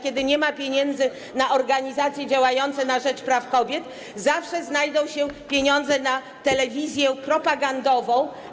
Kiedy nie ma pieniędzy na organizacje działające na rzecz praw kobiet, zawsze znajdą się pieniądze na telewizję propagandową.